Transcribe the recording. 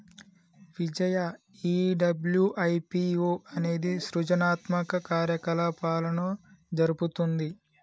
విజయ ఈ డబ్ల్యు.ఐ.పి.ఓ అనేది సృజనాత్మక కార్యకలాపాలను జరుపుతుంది